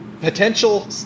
Potential